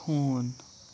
ہوٗن